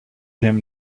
him